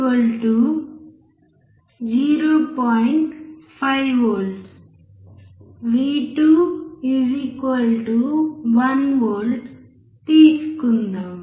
5V V 2 1V తీసుకుందాం